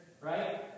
right